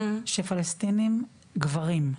שפלסטינים גברים,